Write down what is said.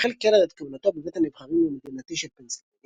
החל קלר את כהונתו בבית הנבחרים המדינתי של פנסילבניה,